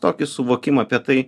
tokį suvokimą apie tai